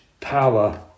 power